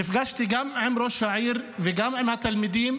ונפגשתי גם עם ראש העיר וגם עם התלמידים.